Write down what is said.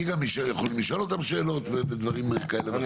כי גם יכולים לשאול אותם שאלות ודברים כאלה ואחרים.